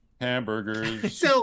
Hamburgers